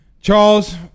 Charles